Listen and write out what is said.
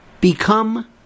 become